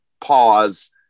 pause